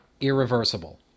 irreversible